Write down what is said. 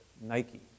Nike